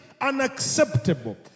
unacceptable